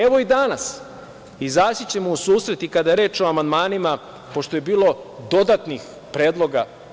Evo, i danas ćemo izaći u susret i kada je reč o amandmanima, pošto je bilo dodatnih predloga.